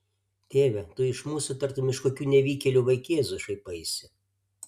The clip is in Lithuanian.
tėve tu iš mūsų tartum iš kokių nevykėlių vaikėzų šaipaisi